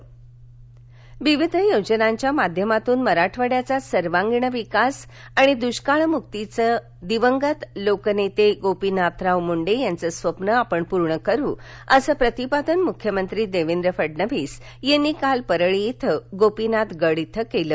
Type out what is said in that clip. म्ख्यमंत्री विविध योजनांच्या माध्यमातून मराठवाड्याचा सर्वांगीण विकास आणि दृष्काळमुक्तीचे दिवंगत लोकनेते गोपीनाथराव मुंडे यांचे स्वप्न आम्ही पूर्ण करु असे प्रतिपादन मुख्यमंत्री देवेंद्र फडणवीस यांनी काल परळी येथील गोपीनाथ गड येथे केले